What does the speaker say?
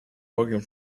working